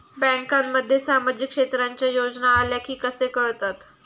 बँकांमध्ये सामाजिक क्षेत्रांच्या योजना आल्या की कसे कळतत?